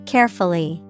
Carefully